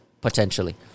potentially